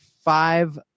five